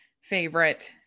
favorite